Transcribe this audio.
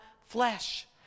flesh